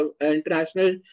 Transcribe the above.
international